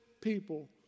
people